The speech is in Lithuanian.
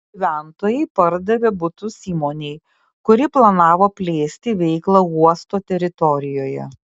gyventojai pardavė butus įmonei kuri planavo plėsti veiklą uosto teritorijoje